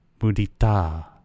Mudita